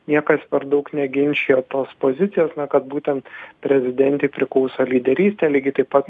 niekas per daug neginčijo tos pozicijos kad būtent prezidentei priklauso lyderystė lygiai taip pat